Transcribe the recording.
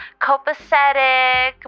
copacetic